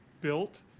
built